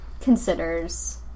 considers